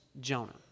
Jonah